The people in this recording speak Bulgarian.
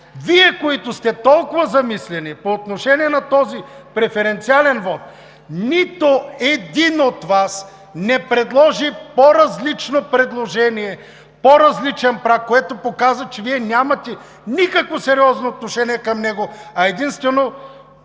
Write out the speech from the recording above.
Вие, които сте толкова замислени по отношение на този преференциален вот, нито един от Вас не предложи по-различно предложение, по-различен праг, което показва, че Вие нямате никакво сериозно отношение към него, а единствено